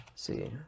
See